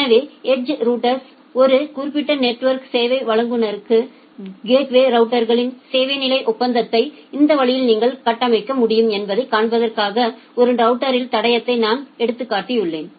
எனவே edge router அல்லது ஒரு குறிப்பிட்ட நெட்வொர்க் சேவை வழங்குநரின் கேட்வே ரவுட்டர்களில் சேவை நிலை ஒப்பந்தத்தை இந்த வழியில் நீங்கள் கட்டமைக்க முடியும் என்பதைக் காண்பிப்பதற்காக ஒரு ரவுட்டரின் தடயத்தை நான் எடுத்துள்ளேன்